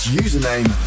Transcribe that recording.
username